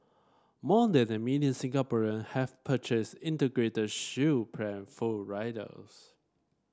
more than a million Singaporean have purchased Integrated Shield Plan full riders